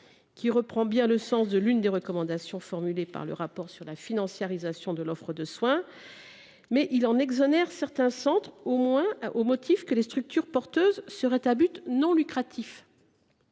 757 rectifié est inspiré par l’une des recommandations formulées par le rapport sur la financiarisation de l’offre de soins. Il vise à exonérer certains centres au motif que les structures porteuses auraient un but non lucratif.